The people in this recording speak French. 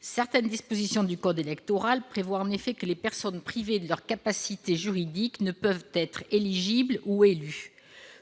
Certaines dispositions du code électoral prévoient que les personnes privées de leur capacité juridique ne peuvent être éligibles ou élues.